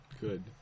Good